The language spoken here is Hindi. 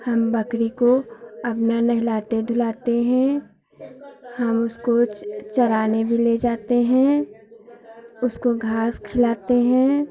हम बकरी को अपना नहलाते धुलाते हैं हम उसको चराने भी ले जाते हैं उसको घास खिलाते हैं